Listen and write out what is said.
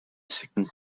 second